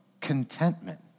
contentment